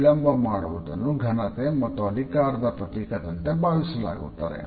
ವಿಳಂಬ ಮಾಡುವುದನ್ನು ಘನತೆ ಮತ್ತು ಅಧಿಕಾರದ ಪ್ರತೀಕದಂತೆ ಭಾವಿಸಲಾಗುತ್ತದೆ